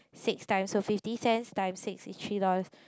six times so fifty cents times six is three dollars